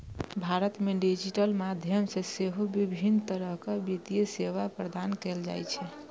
भारत मे डिजिटल माध्यम सं सेहो विभिन्न तरहक वित्तीय सेवा प्रदान कैल जाइ छै